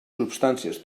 substàncies